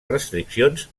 restriccions